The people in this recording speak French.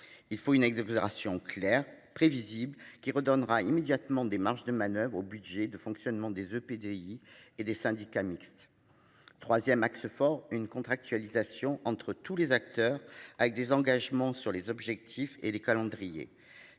Il faut une exonération claires prévisibles qui redonnera immédiatement des marges de manoeuvre au budget de fonctionnement des oeufs PDI et des syndicats mixtes. 3ème axe fort une contractualisation entre tous les acteurs avec des engagements sur les objectifs et les calendriers